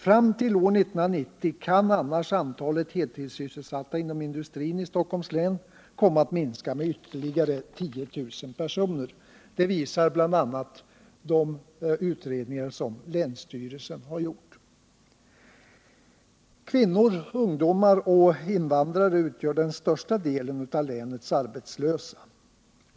Fram till år 1990 kan annars antalet heltidssysselsatta inom industrin i Stockholms län komma att minska med ytterligare 10 000 personer. Det visar bl.a. de utredningar som länsstyrelsen har gjort. Kvinnor, ungdomar och invandrare utgör den största delen av länets arbetslösa.